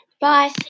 Bye